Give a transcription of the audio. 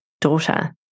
daughter